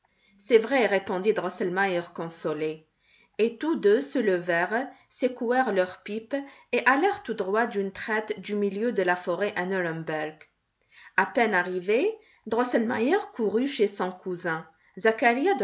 c'est vrai répondit drosselmeier consolé et tous deux se levèrent secouèrent leurs pipes et allèrent tout droit d'une traite du milieu de la forêt à nuremberg à peine arrivés drosselmeier courut chez son cousin